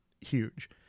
huge